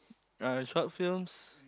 uh short films